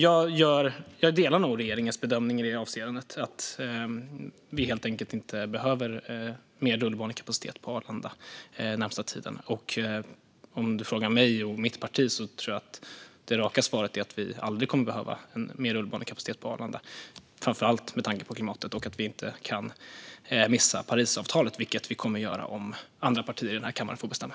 Jag delar nog regeringens bedömning i det avseendet; vi behöver helt enkelt inte mer rullbanekapacitet på Arlanda den närmaste tiden. Om du frågar mig och mitt parti tror jag att det raka svaret är att vi aldrig kommer att behöva mer rullbanekapacitet på Arlanda, framför allt med tanke på klimatet och att vi inte kan missa Parisavtalet. Det kommer vi att göra om andra partier i den här kammaren får bestämma.